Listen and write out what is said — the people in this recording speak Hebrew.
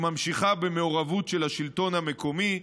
היא ממשיכה במעורבות של השלטון המקומי,